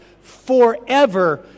forever